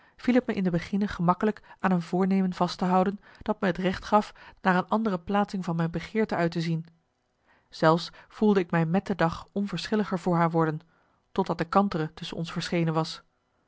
t me in de beginne gemakkelijk aan een voornemen vast te houden dat me het recht gaf naar een andere plaatsing van mijn begeerte uit te zien zelfs voelde ik mij met de dag onverschilliger voor haar worden totdat de kantere tusschen ons verschenen was